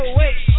wait